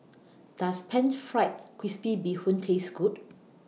Does Pan Fried Crispy Bee Hoon Taste Good